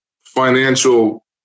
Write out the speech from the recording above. financial